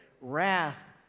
wrath